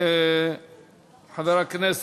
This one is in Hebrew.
אדוני?